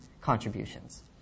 contributions